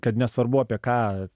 kad nesvarbu apie ką